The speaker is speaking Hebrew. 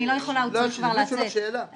אני רוצה לשאול שאלה.